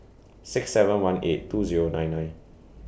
six seven one eight two Zero nine nine